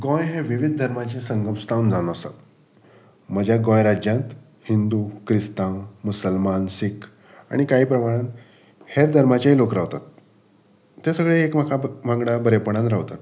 गोंय हें विविध धर्माचे संघम स्थान जावन आसात म्हज्या गोंय राज्यांत हिंदू क्रिस्तांव मुसलमान सीख आनी कांय प्रमाणान हेर धर्माचेय लोक रावतात ते सगळें एक म्हाका वांगडा बरेपणान रावतात